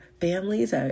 families